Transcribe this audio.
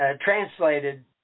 translated